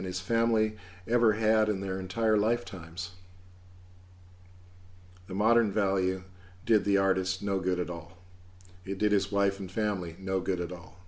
and his family ever had in their entire lifetimes the modern value did the artist no good at all it did his wife and family no good at all